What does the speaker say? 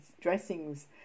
dressings